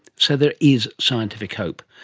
so there is scientific hope.